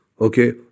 Okay